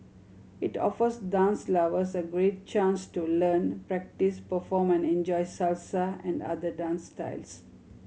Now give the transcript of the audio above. it offers dance lovers a great chance to learn practice perform and enjoy Salsa and other dance styles